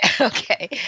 Okay